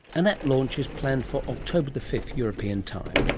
and that launch is planned for october fifth, european time.